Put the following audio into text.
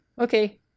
okay